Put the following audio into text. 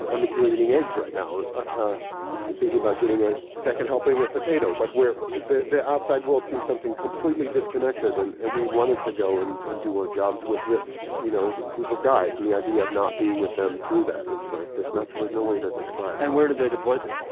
i'm here eating eggs right now ah and thinking about getting a second helping of potatoes like where the the outside world seems something completely disconnected. and and we wanted to go and and do our jobs with this, you know, group of guys and the idea of not being with them through that. it's like there's nothing there's no way to describe. and where do they deploy to?